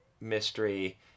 mystery